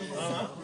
(הוראה שעה מס' 2),